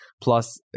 Plus